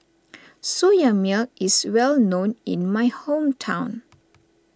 Soya Milk is well known in my hometown